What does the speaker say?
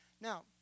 Now